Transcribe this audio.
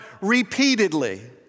repeatedly